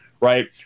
right